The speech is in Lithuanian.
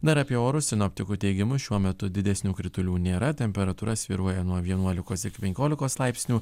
dar apie orus sinoptikų teigimu šiuo metu didesnių kritulių nėra temperatūra svyruoja nuo vienuolikos iki penkiolikos laipsnių